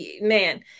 man